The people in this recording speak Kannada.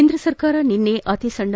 ಕೇಂದ್ರ ಸರ್ಕಾರ ನಿನ್ನೆ ಅತಿ ಸಣ್ಣ